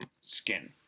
Skin